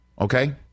Okay